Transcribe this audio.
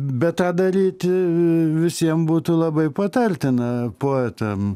bet tą daryti visiem būtų labai patartina poetam